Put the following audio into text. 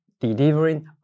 delivering